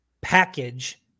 package